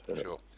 Sure